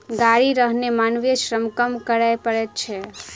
गाड़ी रहने मानवीय श्रम कम करय पड़ैत छै